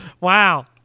Wow